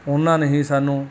ਉਹਨਾਂ ਨੇ ਹੀ ਸਾਨੂੰ